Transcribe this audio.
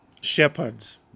shepherds